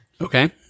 Okay